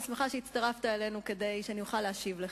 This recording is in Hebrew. אני שמחה שהצטרפת אלינו כדי שאוכל להשיב לך,